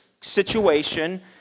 situation